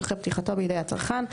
אחרי פתיחתו בידי הצרכן,